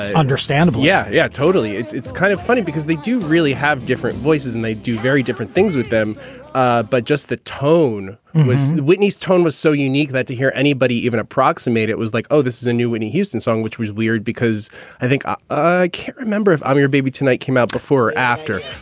understandable, yeah. yeah, totally. it's it's kind of funny because they do really have different voices and they do very different things with them ah but just the tone was whitney's tone was so unique that to hear anybody even approximate it was like, oh, this is a new whitney houston song, which was weird because i think i can't remember if i'm your baby tonight came out before or after